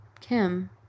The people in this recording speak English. Kim